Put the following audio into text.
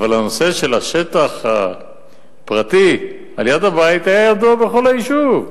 והנושא של השטח הפרטי על-יד הבית היה ידוע בכל היישוב.